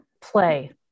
play